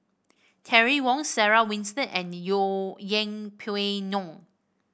Terry Wong Sarah Winstedt and Yeng Pway Ngon